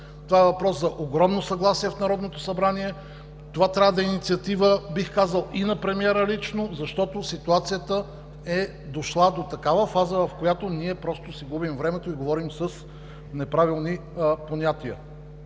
това е въпрос за огромно съгласие в Народното събрание, това трябва да е инициатива, бих казал, и на премиера лично, защото ситуацията е дошла до такава фаза, в която ние просто си губим времето и говорим с неправилни понятия.